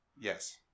Yes